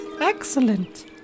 Excellent